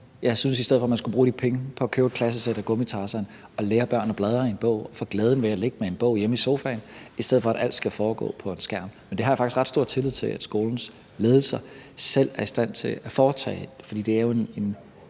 Jeg synes, man i stedet for skulle bruge de penge på at købe et klassesæt af Gummi Tarzan og lære børn at bladre i en bog og få glæden ved at ligge med en bog hjemme i sofaen, i stedet for at alt skal foregå på en skærm. Men det har jeg faktisk ret stor tillid til at skolens ledelser selv er i stand til at foretage. For det er en